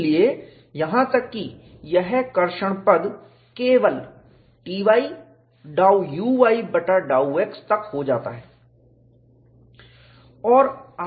इसलिए यहां तक कि यह कर्षण ट्रैक्शन पद केवल Ty ∂uy बटा ∂x तक हो जाता है